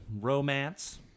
romance